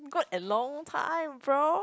got a long time bro